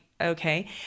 okay